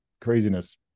craziness